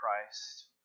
Christ